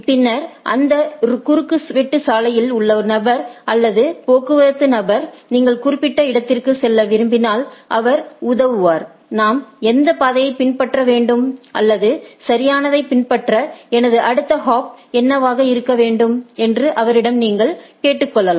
பின்னர் அந்த குறுக்குவெட்டுசாலையில் உள்ள நபர் அல்லது போக்குவரத்து நபர் நீங்கள் குறிப்பிட்ட இடத்திற்குச் செல்ல விரும்பினால் அவர் உதவுவார் நாம் எந்த பாதையை பின்பற்ற வேண்டும் அல்லது சரியானதைப் பின்பற்ற எனது அடுத்த ஹாப் என்னவாக இருக்க வேண்டும் என்று அவரிடம் நீங்கள் கேட்டுக்கொள்ளலாம்